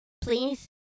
please